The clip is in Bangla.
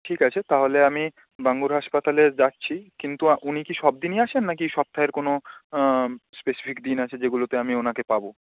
ঠিক আছে তাহলে আমি বাঙ্গুর হাসপাতালে যাচ্ছি কিন্তু উনি কি সব দিনই আসেন না কি সপ্তাহের কোনো স্পেসিফিক দিন আছে যেগুলোতে আমি ওনাকে পাব